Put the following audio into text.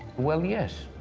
well, yes.